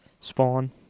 Spawn